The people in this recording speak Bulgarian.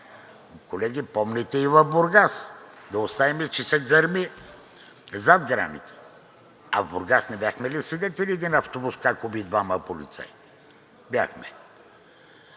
Колеги, помните и в Бургас, да оставим, че се гърми зад границата. А в Бургас не бяхме ли свидетели един автобус как уби двама полицаи? Бяхме.